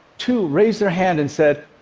two raised their hands and said,